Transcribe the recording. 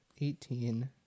eighteen